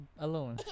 alone